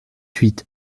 suite